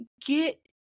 get